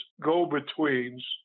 go-betweens